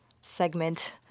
segment